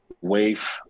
wave